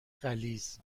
غلیظ